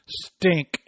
stink